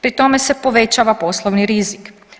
Pri tome se povećava poslovni rizik.